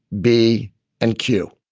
b and q